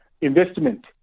Investment